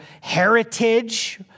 heritage